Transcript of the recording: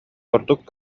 ордук